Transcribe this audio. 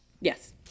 Yes